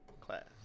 class